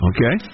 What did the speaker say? Okay